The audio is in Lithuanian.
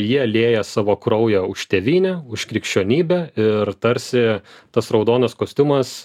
jie lieja savo kraują už tėvynę už krikščionybę ir tarsi tas raudonas kostiumas